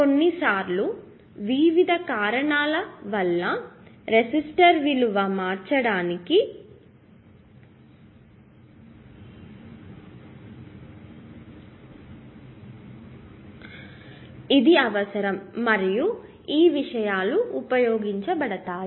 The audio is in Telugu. కొన్నిసార్లు వివిధ కారణాల వల్ల రెసిస్టర్ విలువ మార్చడానికి ఇది అవసరం మరియు ఈ విషయాలు ఉపయోగించబడతాయి